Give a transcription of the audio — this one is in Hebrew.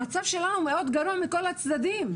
המצב שלנו מאוד גרוע מכל הצדדים.